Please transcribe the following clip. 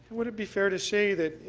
would it be fair to say that